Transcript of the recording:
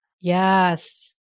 Yes